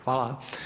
Hvala.